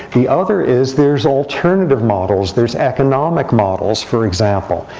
the other is there's alternative models. there's economic models, for example.